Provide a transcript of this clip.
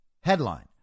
Headline